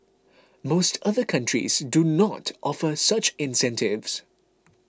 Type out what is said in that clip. most other countries do not offer such incentives